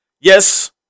Yes